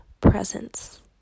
presence